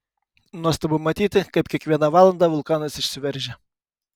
nuostabu matyti kaip kiekvieną valandą vulkanas išsiveržia